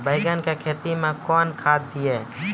बैंगन की खेती मैं कौन खाद दिए?